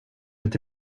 inte